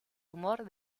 humor